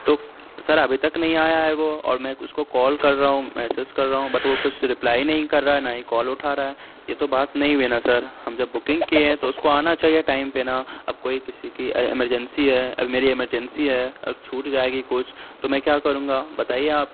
تو سر ابھی تک نہیں آیا ہے وہ اور میں اس کو کال کر رہا ہوں میسیز کر رہا ہوں بٹ وہ کچھ رپلائی ہی نہیں کر رہا ہے نہ ہی کال اٹھا رہا ہے یہ تو بات نہیں ہوئی نا سر ہم جب بکنگ کیے ہیں تو اس کو آنا چاہیے ٹائم پہ نا اب کوئی کسی کی ایمرجنسی ہے ابھی میری ایمرجنسی ہے اور چھوٹ جائے گی کچھ تو میں کیا کروں گا بتائیے آپ